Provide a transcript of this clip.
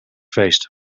feest